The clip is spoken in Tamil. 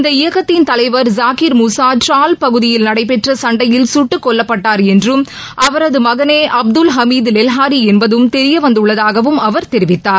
இந்த இயக்கத்தின் தலைவர் ஜாஹிர் முசா டிரால் பகுதியில் நடைபெற்ற சண்டையில் சுட்டுக்கொல்லப்பட்டார் என்றும் அவரது மகனே அப்துல் அமித் லெஹாரி என்பதும் தெரியவந்துள்ளதாகவும் அவர் தெரிவித்தார்